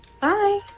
bye